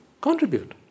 contribute